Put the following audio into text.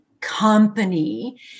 company